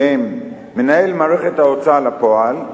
שהם: מנהל מערכת ההוצאה לפועל,